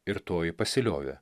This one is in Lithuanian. ir toji pasiliovė